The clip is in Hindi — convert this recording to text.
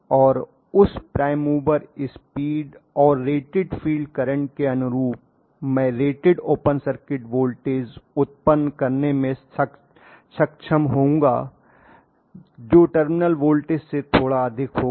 और उस प्राइम मूवर स्पीड और रेटेड फील्ड करंट के अनुरूप मैं रेटेड ओपन सर्किट वोल्टेज उत्पन्न करने में सक्षम होऊंगा जो टर्मिनल वोल्टेज से थोड़ा अधिक होगा